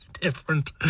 different